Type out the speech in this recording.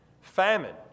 famine